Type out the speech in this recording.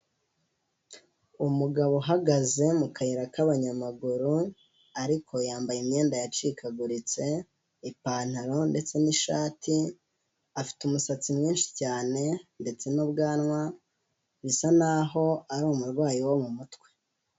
Umugabo uhagaze mu kayira k'abanyamaguru ariko yambaye imyenda yacikaguritse, ipantaro ndetse n'ishati, afite umusatsi mwinshi cyane ndetse n'ubwanwa bisa naho ari umurwayi wo mu mutwe.